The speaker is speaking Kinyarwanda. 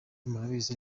murabizi